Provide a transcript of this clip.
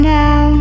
now